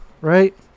right